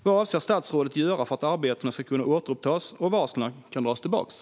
Vad avser statsrådet att göra för att arbetet ska kunna återupptas och varslen dras tillbaka?